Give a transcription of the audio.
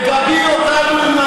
לכו הביתה.